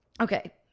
okay